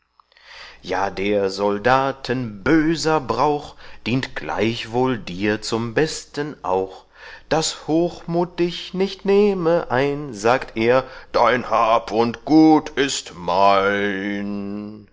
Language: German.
ja der soldaten böser brauch dient gleichwohl dir zum besten auch daß hochmut dich nicht nehme ein sagt er dein hab und gut ist mein